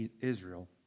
Israel